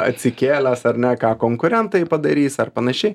atsikėlęs ar ne ką konkurentai padarys ar panašiai